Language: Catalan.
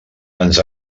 ens